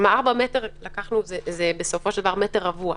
כלומר, 4 מטר, בסופו של דבר זה מטר רבוע.